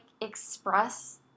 express